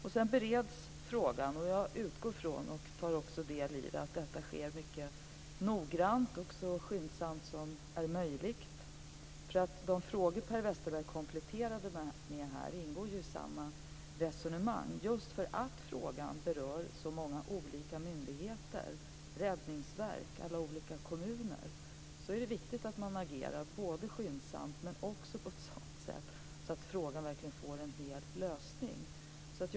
Frågan bereds nu. Jag utgår från, och tar också del i, att det arbetet sker mycket noggrant och så skyndsamt som möjligt. De frågor som Per Westerberg kompletterar med ingår i samma resonemang. Just därför att frågan berör många olika myndigheter, Räddningsverket och olika kommuner är det viktigt att man agerar både skyndsamt och på ett sådant sätt att frågan verkligen får en hel lösning.